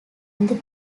another